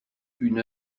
une